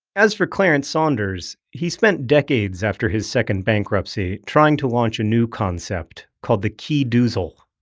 as for clarence saunders, he spent decades after his second bankruptcy trying to launch a new concept called the keedoozle,